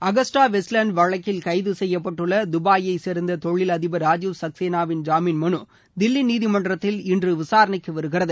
AgustaWestland வழக்கில் கைது செய்யப்பட்டுள்ள துபாயைச்சேர்ந்த தொழிலதிபர் ராஜீவ் சக்சேனாவின் ஜாமீன் மனு தில்லி நீதிமன்றத்தில் இன்று விசாரணைக்கு வருகிறது